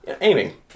aiming